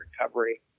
recovery